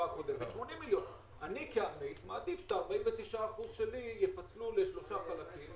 אני מעדיף שאת ה-49% שלי יפצלו לשלושה חלקים,